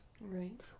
right